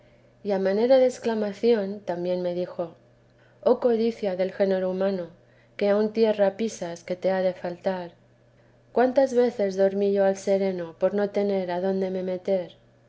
y a manera de exclamación también me dijo oh codicia del género humano que aun tierra piensas que te ha de faltar cuántas veces dormí yo al sereno por no tener adonde me meter